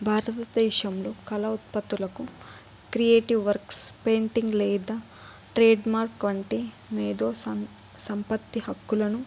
భారతదేశంలో కళ ఉత్పత్తులకు క్రియేటివ్ వర్క్స్ పెయింటింగ్ లేదా ట్రేడ్మార్క్ వంటి మేదో సంపత్తి హక్కులను